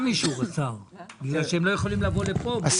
גם באישור השר כי הם לא יכולים לבוא לכאן בלי זה.